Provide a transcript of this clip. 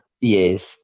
Yes